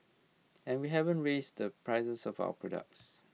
and we haven't raise the prices of our products